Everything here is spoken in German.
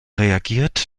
reagiert